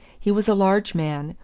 he was a large man,